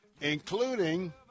including